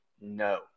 No